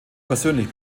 persönlich